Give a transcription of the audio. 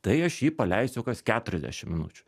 tai aš jį paleisiu kas keturiasdešim minučių